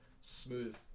smooth